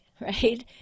Right